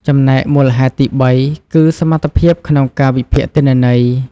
ចំណែកមូលហេតុទីបីគឺ សមត្ថភាពក្នុងការវិភាគទិន្នន័យ។